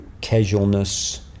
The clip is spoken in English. casualness